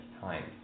time